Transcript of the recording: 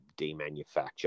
Demanufacture